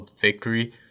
victory